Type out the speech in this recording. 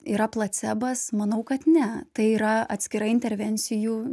yra placebas manau kad ne tai yra atskira intervencijų